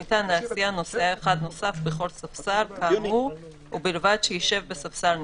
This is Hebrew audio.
ניתן להסיע נוסע אחד נוסף בכל ספסל כאמור ובלבד שישב בספסל נפרד,